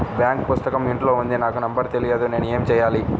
Bank పుస్తకం ఇంట్లో ఉంది నాకు నంబర్ తెలియదు నేను ఏమి చెయ్యాలి?